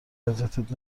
اذیتت